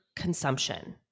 consumption